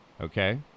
Okay